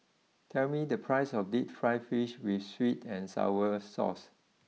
tell me the price of deep Fried Fish with sweet and Sour Sauce